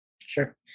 Sure